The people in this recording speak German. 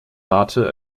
rate